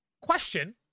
question